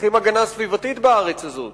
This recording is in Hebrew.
וצריכים הגנה סביבתית בארץ הזו,